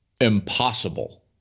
impossible